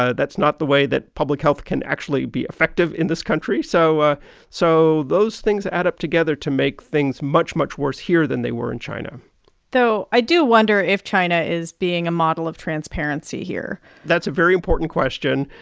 ah that's not the way that public health can actually be effective in this country. so ah so those things add up together to make things much, much worse here than they were in china though i do wonder if china is being a model of transparency here that's a very important question.